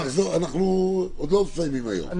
חברים, ממילא אנחנו לא מסיימים היום את